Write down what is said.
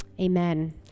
Amen